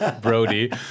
Brody